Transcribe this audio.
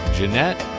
Jeanette